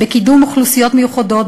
בקידום אוכלוסיות מיוחדות,